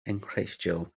enghreifftiol